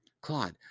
Claude